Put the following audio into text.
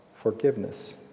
forgiveness